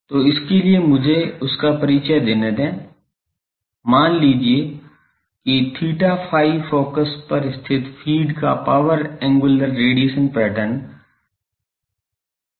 तो इसके लिए मुझे उसका परिचय देनें दें मान लीजिए कि theta phi फोकस पर स्थित फ़ीड का पावर एंगुलर रेडिएशन पैटर्न है